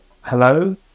Hello